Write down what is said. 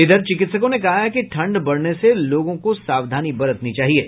इधर चिकित्सकों ने कहा है कि ठंड बढ़ने से लोगों को सावधानी बरतनी चाहिये